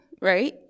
right